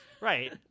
right